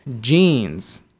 jeans